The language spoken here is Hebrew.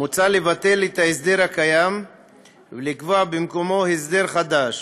מוצע לבטל את ההסדר הקיים ולקבוע במקומו הסדר חדש,